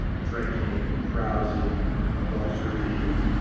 drinking, and carousing and and adultery. and